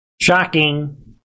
shocking